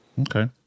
Okay